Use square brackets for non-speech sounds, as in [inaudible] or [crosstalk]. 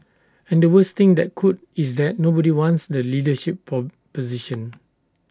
and the worst thing that could is that nobody wants the leadership [unintelligible] position